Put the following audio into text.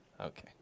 Okay